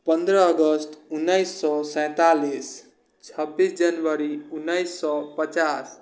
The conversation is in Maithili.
पन्द्रह अगस्त उनैस सओ सैँतालिस छब्बीस जनवरी उनैस सओ पचास